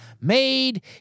made